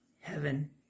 heaven